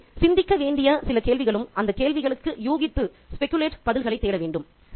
எனவே சிந்திக்க வேண்டிய சில கேள்விகளும் அந்த கேள்விகளுக்கு யூகித்து பதில்களை தேட வேண்டும்